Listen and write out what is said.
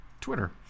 Twitter